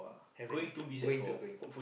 haven't going to going to